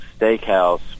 steakhouse